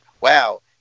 wow